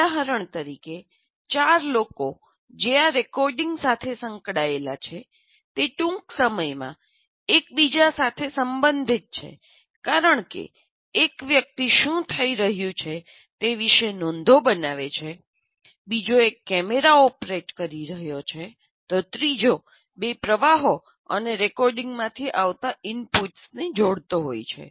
ઉદાહરણ તરીકે ચાર લોકો જે આ રેકોર્ડિંગ સાથે સંકળાયેલા છે તે ટૂંક સમયમાં એક બીજા સાથે સંબંધિત છે કારણ કે એક વ્યક્તિ શું થઈ રહ્યું છે તે વિશે નોંધો બનાવે છે બીજો એક કેમેરા ઓપરેટ કરી રહ્યો છે તો ત્રીજો બે પ્રવાહો અને રેકોર્ડિંગમાંથી આવતા ઇનપુટ્સને જોડતો હોય છે